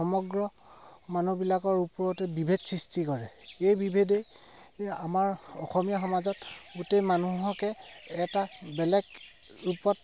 সমগ্ৰ মানুহবিলাকৰ ওপৰতে বিভেদ সৃষ্টি কৰে এই বিভেদে আমাৰ অসমীয়া সমাজত গোটেই মানুহকে এটা বেলেগ ৰূপত